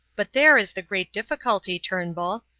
but there is the great difficulty, turnbull.